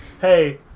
Hey